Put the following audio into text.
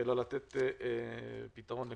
ולא לתת פתרון לכולם.